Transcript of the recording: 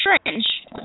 Strange